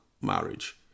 marriage